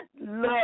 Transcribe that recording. Love